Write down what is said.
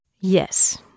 Yes